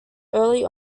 early